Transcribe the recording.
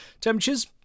temperatures